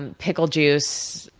and pickle juice,